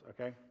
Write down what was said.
okay